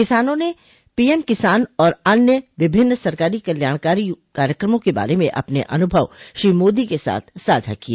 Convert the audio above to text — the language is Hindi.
किसानों ने पीएम किसान और अन्य विभिन्न सरकारी कल्याणकारी कार्यक्रमों के बारे में अपने अनुभव श्री मोदी के साथ साझा किए